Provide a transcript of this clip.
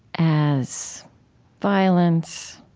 as violence,